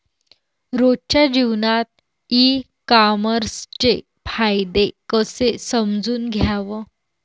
रोजच्या जीवनात ई कामर्सचे फायदे कसे समजून घ्याव?